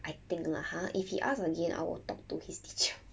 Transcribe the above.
I think lah ha if he ask again our talk to his teacher